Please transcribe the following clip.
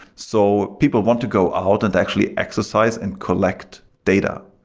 so people want to go out and to actually exercise and collect data.